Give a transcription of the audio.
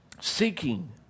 seeking